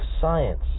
science